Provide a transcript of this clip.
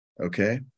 Okay